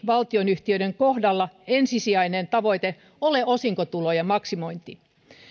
valtionyhtiöiden kohdalla ensisijainen tavoite ole osinkotulojen maksimointi